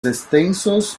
extensos